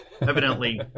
Evidently